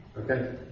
Okay